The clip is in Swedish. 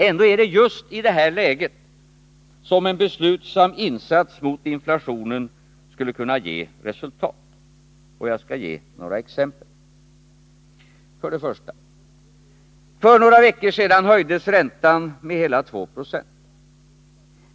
Ändå är det just i det här läget som en beslutsam insats mot inflationen skulle kunna ge resultat, och jag skall ge några exempel: 1. För några veckor sedan höjdes räntan med hela 2 96.